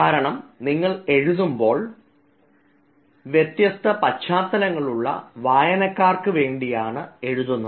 കാരണം നിങ്ങൾ എഴുതുമ്പോൾ വ്യത്യസ്ത പശ്ചാത്തലങ്ങളുള്ള വായനക്കാർക്കു വേണ്ടിയാണ് എഴുതുന്നത്